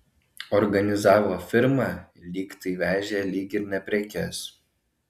organizavo firmą lyg tai vežė lyg ir ne prekes